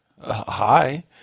hi